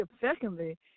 secondly